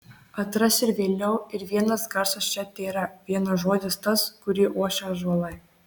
atras ir vėliau ir vienas garsas čia tėra vienas žodis tas kurį ošia ąžuolai